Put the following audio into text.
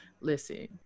Listen